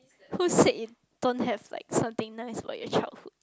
who said you don't have like something nice for your childhood